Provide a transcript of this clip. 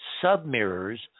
sub-mirrors